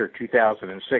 2006